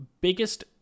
biggest